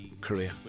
career